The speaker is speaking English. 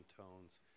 tones